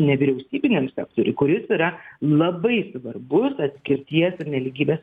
nevyriausybiniam sektoriui kuris yra labai svarbus atskirties ir nelygybės